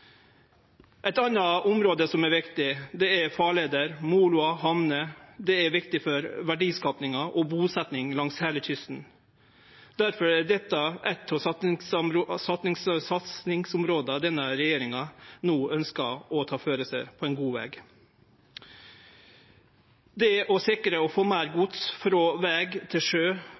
Eit anna område som er viktig, er farleier, moloar og hamner. Det er viktig for verdiskapinga og busetjing langs heile kysten. Difor er dette, eitt av satsingsområda som denne regjeringa no ønskjer å ta føre seg, på god veg. Det å sikre å få meir gods frå veg til sjø,